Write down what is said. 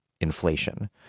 inflation